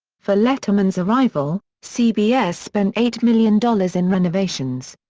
for letterman's arrival, cbs spent eight million dollars in renovations.